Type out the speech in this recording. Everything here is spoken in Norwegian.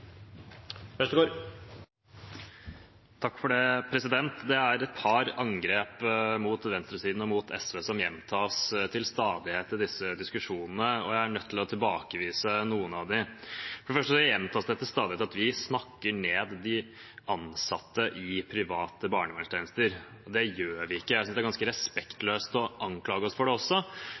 et par angrep mot venstresiden og mot SV som gjentas til stadighet i disse diskusjonene, og jeg er nødt til å tilbakevise noen av dem. For det første gjentas det til stadighet at vi snakker ned de ansatte i private barnevernstjenester. Det gjør vi ikke. Jeg synes også det er ganske respektløst å anklage oss for det,